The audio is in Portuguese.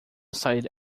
sair